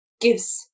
gives